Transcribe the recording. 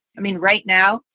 i mean, right now,